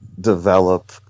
develop